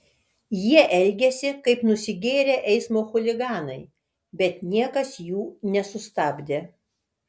jie elgėsi kaip nusigėrę eismo chuliganai bet niekas jų nesustabdė